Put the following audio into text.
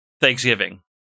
Thanksgiving